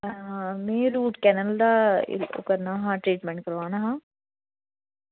में root canal दा ओह् ट्रीटमेंट कराना हा